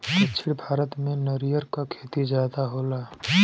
दक्षिण भारत में नरियर क खेती जादा होला